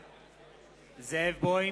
בעד זאב בוים,